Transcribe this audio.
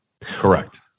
Correct